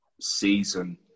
season